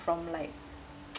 from like